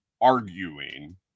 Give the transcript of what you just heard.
arguing